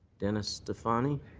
dennis stefanie.